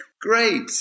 great